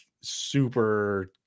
super